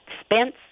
Spence